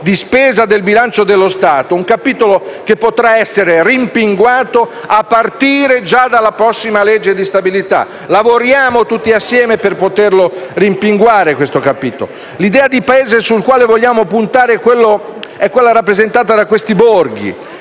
di spesa del bilancio dello Stato, un capitolo che potrà essere rimpinguato a partire già dalla prossima legge di stabilità. Lavoriamo tutti assieme per poter rimpinguare questo capitolo. L'idea di Paese sul quale vogliamo puntare è quella rappresentata da questi borghi,